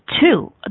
Two